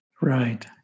Right